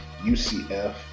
UCF